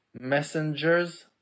messengers